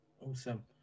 Awesome